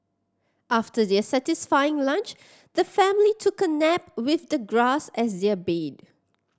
after their satisfying lunch the family took a nap with the grass as their bed